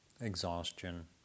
exhaustion